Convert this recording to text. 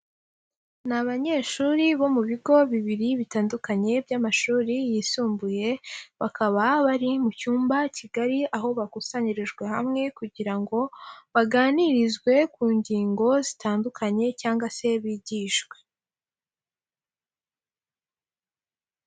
Ni abanyeshuri bo mu bigo bibiri bitandukanye by'amashuri yisumbuye, bakaba bari mu cyumba kigari, aho bakusanyirijwe hamwe kugira ngo baganirizwe ku ngingo zitandukanye cyangwa se bigishwe.